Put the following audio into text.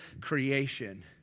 creation